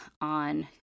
on